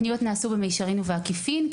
הפניות נעשו במישרין ובעקיפין,